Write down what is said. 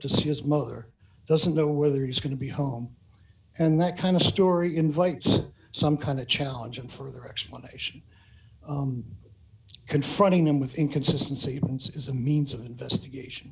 to see his mother doesn't know whether he's going to be home and that kind of story invites some kind of challenge and further explanation confronting him with inconsistency is a means of investigation